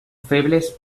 febles